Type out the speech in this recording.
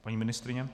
Paní ministryně?